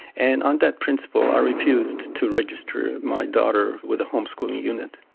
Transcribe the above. and on that principle i refused to register my daughter with the homeschooling unit.